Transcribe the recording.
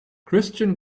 christian